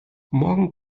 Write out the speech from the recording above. morgen